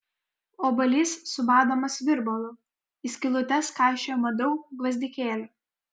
obuolys subadomas virbalu į skylutes kaišiojama daug gvazdikėlių